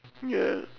ya